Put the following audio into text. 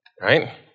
right